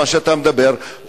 מה שאתה מדבר,